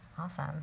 Awesome